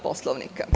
Poslovnika.